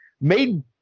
Made